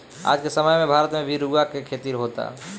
आज के समय में भारत में भी रुआ के खेती होता